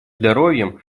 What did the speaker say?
здоровьем